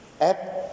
app